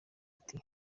ati